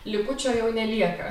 likučio jau nelieka